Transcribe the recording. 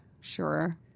Sure